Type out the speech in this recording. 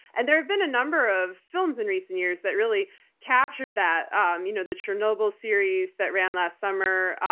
and there have been a number of films in recent years that really captured that. um you know the chernobyl series that ran last summer,